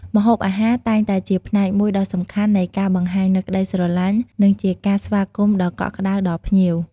ម្ហូបអាហារតែងតែជាផ្នែកមួយដ៏សំខាន់នៃការបង្ហាញនូវក្តីស្រឡាញ់ និងជាការស្វាគមន៍ដ៏កក់ក្ដៅដល់ភ្ញៀវ។